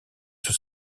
sur